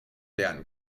lernen